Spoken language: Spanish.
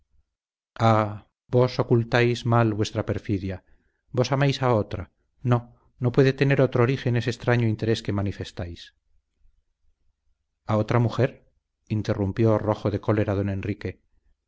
ocultáis mal vuestra perfidia vos amáis a otra no no puede tener otro origen ese extraño interés que manifestáis a otra mujer interrumpió rojo de cólera don enrique